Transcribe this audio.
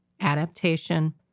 adaptation